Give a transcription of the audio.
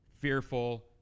fearful